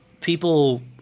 people